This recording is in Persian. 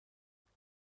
نیست